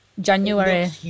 January